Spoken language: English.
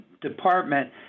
department